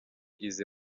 izi